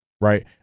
right